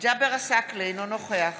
ג'אבר עסאקלה, אינו נוכח